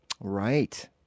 Right